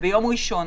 וביום ראשון